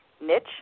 niche